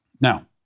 Now